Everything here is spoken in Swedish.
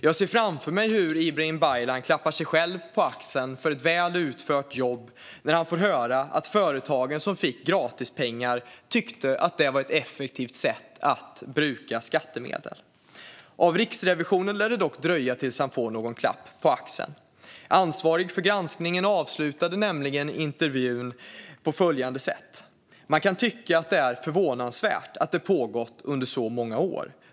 Jag ser framför mig hur Ibrahim Baylan klappar sig själv på axeln för ett väl utfört jobb när han får höra att företagen som fick gratispengar tyckte att det var ett effektivt sätt att bruka skattemedel. Av Riksrevisionen lär det dock dröja tills han får någon klapp på axeln. Ansvarig för granskningen avslutade nämligen intervjun med Dagens industris Fredrik Björkman på följande sätt: "Man kan tycka att det är förvånansvärt att det pågått under så många år.